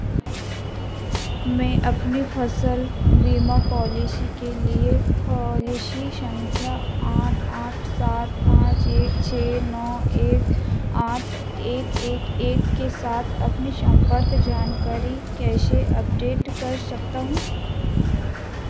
मैं अपनी फ़सल बीमा पॉलिसी के लिए पॉलिसी संख्या आठ आठ सात पाँच एक छः नौ एक आठ एक एक एक के साथ अपनी सम्पर्क जानकारी कैसे अपडेट कर सकता हूँ